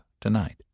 tonight